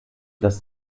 das